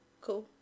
Cool